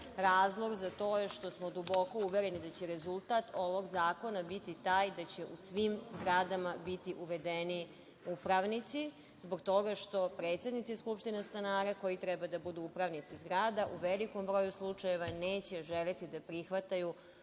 Razlog za to je što smo duboko uvereni da će rezultat ovog zakona biti taj da će u svim zgradama biti uvedeni upravnici zbog toga što predsednici skupštine stanara koji treba da budu upravnici zgrada, u velikom broju slučajeva neće želeti da prihvataju